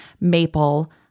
Maple